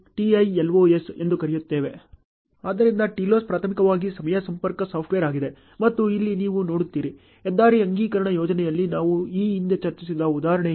ಆದ್ದರಿಂದ TILOS ಪ್ರಾಥಮಿಕವಾಗಿ ಸಮಯ ಸಂಪರ್ಕ ಸಾಫ್ಟ್ವೇರ್ ಆಗಿದೆ ಮತ್ತು ಇಲ್ಲಿ ನೀವು ನೋಡುತ್ತೀರಿ ಹೆದ್ದಾರಿ ಅಗಲೀಕರಣ ಯೋಜನೆಯಲ್ಲಿ ನಾವು ಈ ಹಿಂದೆ ಚರ್ಚಿಸಿದ ಉದಾಹರಣೆ ಇದು